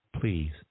please